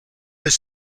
has